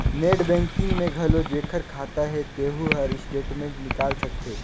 net banking में घलो जेखर खाता हे तेहू हर स्टेटमेंट निकाल सकथे